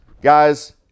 guys